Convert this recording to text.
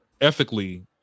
ethically